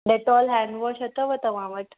Dettol hand wash अथव तव्हां वटि